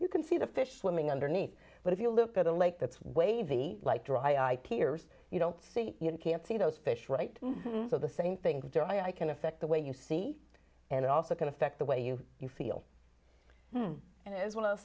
you can see the fish swimming underneath but if you look at a lake that's wavy like dry piers you don't see you can't see those fish right so the same things do i can affect the way you see and it also can affect the way you you feel and it is one of those